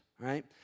right